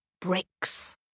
bricks